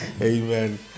amen